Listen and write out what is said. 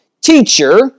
teacher